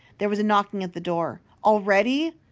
there was a knocking at the door. already!